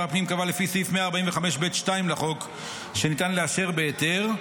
הפנים קבע לפי סעיף 145(ב)(2) לחוק שניתן לאשר בהיתר,